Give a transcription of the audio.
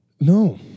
No